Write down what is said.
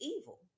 evil